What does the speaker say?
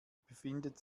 befindet